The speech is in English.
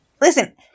Listen